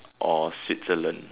or Switzerland